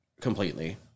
completely